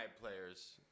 players